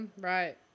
Right